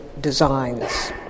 designs